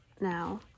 now